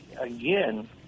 again